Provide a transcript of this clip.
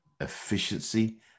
efficiency